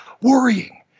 worrying